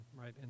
right